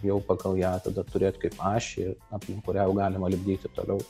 jau pagal ją tada turėt kaip ašį aplink kurią jau galima lipdyti toliau